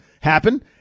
happen